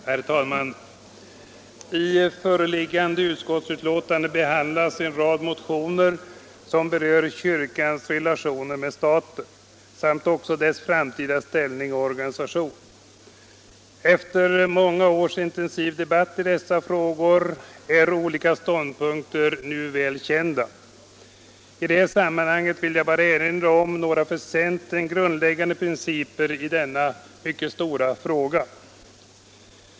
Herr talman! I föreliggande utskottsbetänkande behandlas en rad motioner som berör kyrkans relationer till staten samt dess ställning och organisation. Efter många års intensiv debatt i dessa frågor är olika ståndpunkter nu väl kända. I det sammanhanget vill jag endast erinra om några för centern grundläggande principer i denna mycket stora fråga.